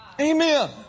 Amen